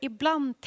Ibland